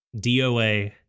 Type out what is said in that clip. DOA